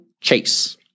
Chase